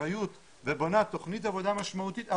אחריות ובונה תוכנית עבודה משמעותית,